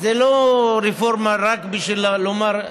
זה לא רפורמה רק בשביל לומר.